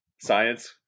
science